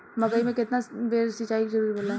मकई मे केतना बेर सीचाई जरूरी होला?